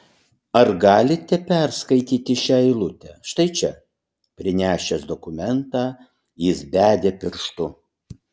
ar galite perskaityti šią eilutę štai čia prinešęs dokumentą jis bedė pirštu